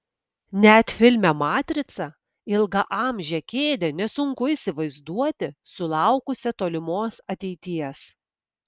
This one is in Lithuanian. net filme matrica ilgaamžę kėdę nesunku įsivaizduoti sulaukusią tolimos ateities